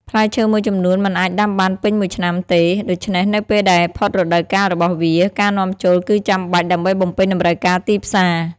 ផ្លែឈើមួយចំនួនមិនអាចដាំបានពេញមួយឆ្នាំទេ ដូច្នេះនៅពេលដែលផុតរដូវកាលរបស់វា ការនាំចូលគឺចាំបាច់ដើម្បីបំពេញតម្រូវការទីផ្សារ។